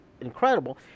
incredible